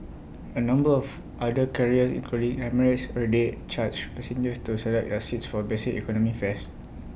A number of other carriers including emirates already charge passengers to select their seats for basic economy fares